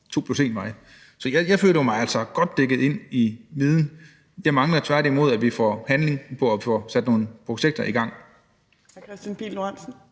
kommer 2+1-vej. Så jeg føler mig altså godt dækket ind i forhold til viden. Jeg mangler tværtimod, at vi får handling, og at vi får sat nogle projekter i gang.